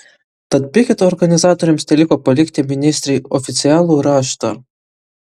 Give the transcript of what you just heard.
tad piketo organizatoriams teliko palikti ministrei oficialų raštą